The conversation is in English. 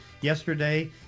yesterday